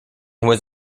was